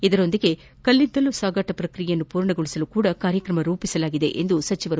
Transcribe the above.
ಇದರ ಜೊತೆಗೆ ಕಲ್ಲಿದ್ದಲು ಸಾಗಾಣಿಕೆ ಪ್ರಕ್ರಿಯೆಯನ್ನು ಪೂರ್ಣಗೊಳಿಸಲೂ ಸಹ ಕಾರ್ಯಕ್ರಮ ರೂಪಿಸಲಾಗಿದೆ ಎಂದರು